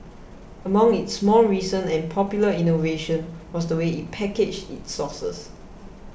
among its more recent and popular innovations was the way it packaged its sauces